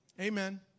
Amen